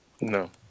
No